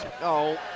No